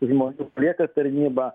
žmonių palieka tarnybą